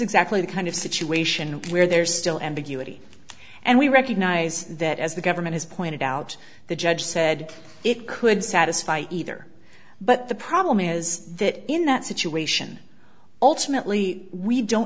exactly the kind of situation where there's still ambiguity and we recognize that as the government has pointed out the judge said it could satisfy either but the problem is that in that situation ultimately we don't